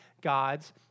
God's